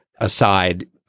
aside